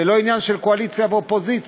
זה לא עניין של קואליציה ואופוזיציה,